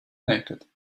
naked